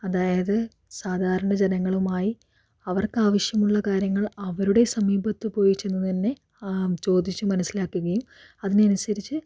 അതായത് സാധാരണ ജനങ്ങളുമായി അവർക്കാവശ്യമുള്ള കാര്യങ്ങൾ അവരുടെ സമീപത്ത് പോയി ചെന്ന് തന്നെ ചോദിച്ച് മനസ്സിലാക്കുകയും അതിനനുസരിച്ച്